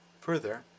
Further